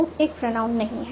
book एक pronoun नहीं है